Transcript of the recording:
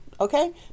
okay